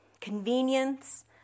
convenience